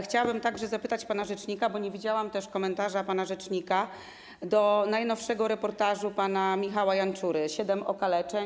Chciałabym także zapytać pana rzecznika, bo nie widziałam komentarza pana rzecznika do najnowszego reportażu pana Michała Janczury ˝Siedem okaleczeń˝